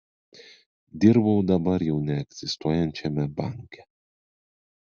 dirbau dabar jau neegzistuojančiame banke